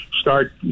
start